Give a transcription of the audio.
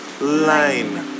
line